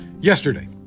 Yesterday